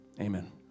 Amen